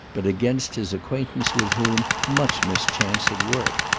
but against his acquaintance with whom much mischance had worked.